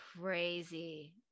crazy